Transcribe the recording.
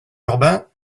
urbain